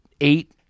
eight